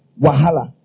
Wahala